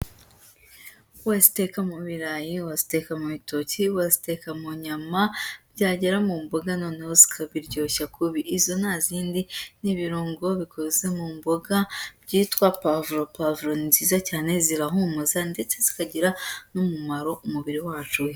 Waziteka mu birayi, waziteka mu bitoki, waziteka mu nyama, byagera mu mboga noneho zikabiryoshya kubi. Izo nta zindi ni ibirungo bikoze mu mboga byitwa pavuro. Pavuro ni nziza cyane zirahumuza ndetse zikagira n'umumaro umubiri wacu.